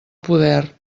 poder